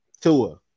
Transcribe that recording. Tua